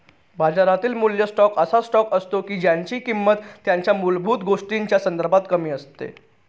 बाजारातील मूल्य स्टॉक असा स्टॉक असतो की ज्यांची किंमत त्यांच्या मूलभूत गोष्टींच्या संदर्भात कमी असते